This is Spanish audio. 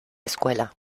escuela